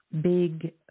big